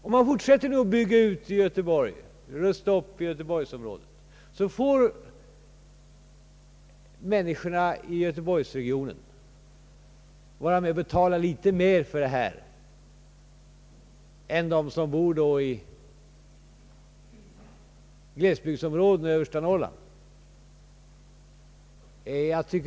Om man fortsätter och bygger ut och rustar upp i göteborgsområdet, får människorna i göteborgsregionen vara med och betala litet mera för detta än de som bor i glesbygdsområdena i översta Norrland.